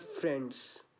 friends